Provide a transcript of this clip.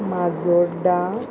Majorda